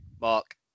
Mark